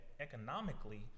economically